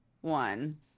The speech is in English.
one